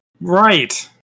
Right